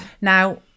now